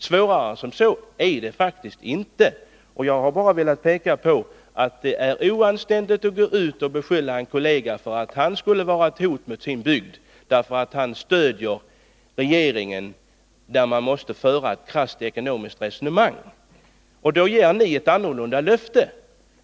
Svårare än så är det faktiskt inte, och jag har bara velat peka på att det är oanständigt att beskylla en kollega för att vara ett hot mot sin bygd därför att han stöder regeringen, som ju måste föra ett krasst ekonomiskt resonemang. Ni ger ett annorlunda löfte.